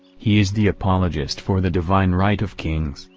he is the apologist for the divine right of kings,